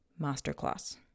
masterclass